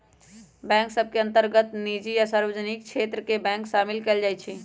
bank सभ के अंतर्गत निजी आ सार्वजनिक क्षेत्र के बैंक सामिल कयल जाइ छइ